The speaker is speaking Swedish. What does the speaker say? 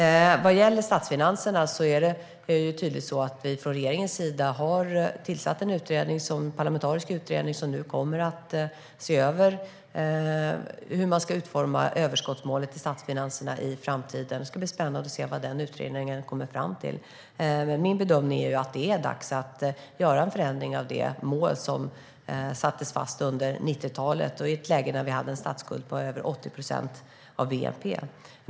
När det gäller statsfinanserna har regeringen tillsatt en parlamentarisk utredning som nu kommer att se över hur man ska utforma överskottsmålet i statsfinanserna i framtiden. Det ska bli spännande att se vad den utredningen kommer fram till. Min bedömning är att det är dags att göra en förändring av det mål som fastslogs under 1990-talet i ett läge då vi hade en statsskuld på över 80 procent av bnp.